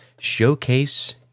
showcase